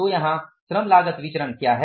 तो यहां श्रम लागत विचरण क्या है